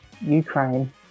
Ukraine